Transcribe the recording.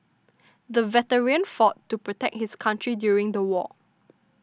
the veteran fought to protect his country during the war